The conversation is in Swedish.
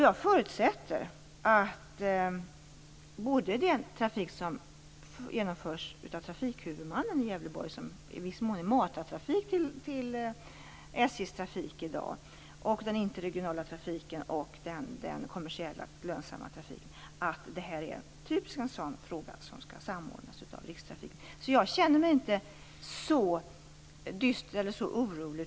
Jag förutsätter att den trafik som drivs av trafikhuvudmannen i Gävleborg, som i dag i viss mån är matartrafik till SJ:s trafik, den interregionala trafiken och den kommersiellt lönsamma trafiken är ett typiskt exempel på trafik som skall samordnas av rikstrafiken. Jag känner mig alltså inte särskilt orolig.